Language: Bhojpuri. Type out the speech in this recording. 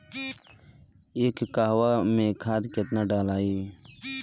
एक कहवा मे खाद केतना ढालाई?